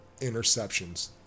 interceptions